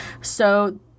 So-